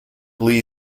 lee